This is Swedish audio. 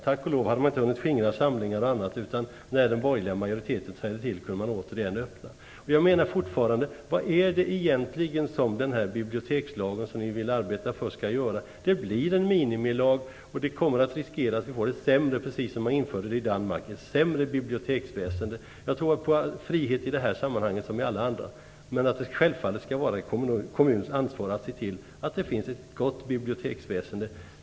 Tack och lov hade man inte hunnit skingra samlingar och annat, utan man kunde åter öppna när den borgerliga majoriteten trädde till. Vad skall egentligen den bibliotekslag göra som ni arbetar för? Det blir en minimilag, och det finns risk för att det blir ett sämre biblioteksväsende, precis som i Danmark. Jag tror på frihet i det här sammanhanget, som i alla andra sammanhang. Men det skall självfallet vara en kommuns ansvar att se till att det finns ett gott biblioteksväsende.